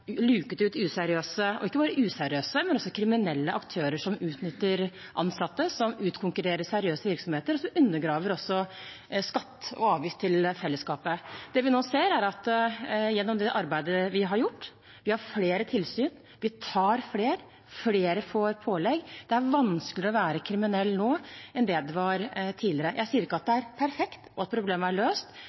luket ut useriøse – og ikke bare useriøse, men også kriminelle – aktører som utnytter ansatte, som utkonkurrerer seriøse virksomheter, og som undergraver skatter og avgifter til fellesskapet. Det vi nå ser, er at gjennom det arbeidet vi har gjort – vi har flere tilsyn, vi tar flere, flere får pålegg – er det vanskeligere å være kriminell nå enn det var tidligere. Jeg sier ikke at det er perfekt, og at problemet er løst,